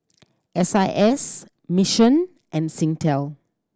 S I S Mission and Singtel